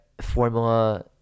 formula